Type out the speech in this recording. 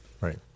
Right